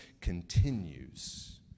continues